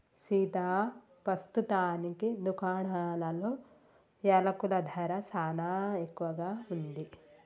సీతా పస్తుతానికి దుకాణాలలో యలకుల ధర సానా ఎక్కువగా ఉంది